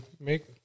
make